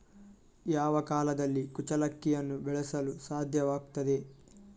ಯಾವ ಕಾಲದಲ್ಲಿ ಕುಚ್ಚಲಕ್ಕಿಯನ್ನು ಬೆಳೆಸಲು ಸಾಧ್ಯವಾಗ್ತದೆ?